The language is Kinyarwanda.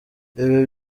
ibi